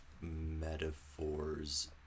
metaphors